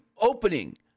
opening